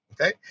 Okay